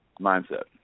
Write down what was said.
mindset